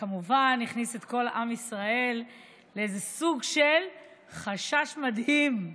שכמובן הכניס את כל עם ישראל לאיזה סוג של חשש מדהים.